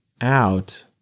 out